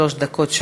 שלוש דקות.